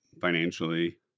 financially